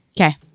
Okay